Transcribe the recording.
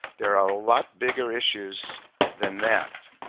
there are a lot bigger issues than that.